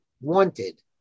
Wanted